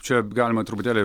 čia galima truputėlį